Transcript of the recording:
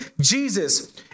Jesus